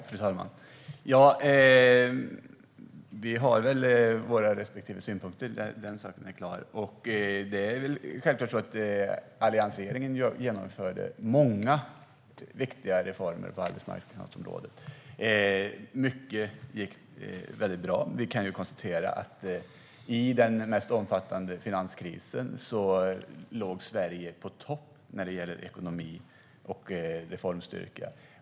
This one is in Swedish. Fru talman! Vi har våra respektive synpunkter. Den saken är klar. Det är självklart så att alliansregeringen genomförde många viktiga reformer på arbetsmarknadsområdet. Mycket gick väldigt bra. Under den mest omfattande finanskrisen låg Sverige i topp när det gällde ekonomi och reformstyrka.